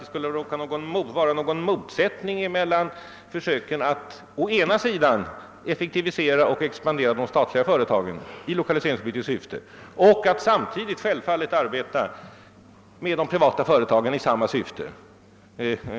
Det vore att karikera utvecklingen om man säger att det föreligger en motsättning mellan försöken att å ena sidan effektivisera och ex pandera de statliga företagen i lokaliseringspolitiskt syfte och å andra sidan arbeta samtidigt med de privata företagen i samma syfte.